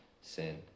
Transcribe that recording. sin